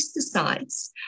pesticides